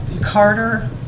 carter